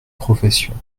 professions